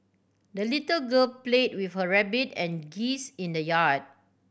the little girl played with her rabbit and geese in the yard